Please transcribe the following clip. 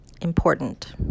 important